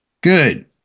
Good